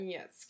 Yes